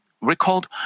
recalled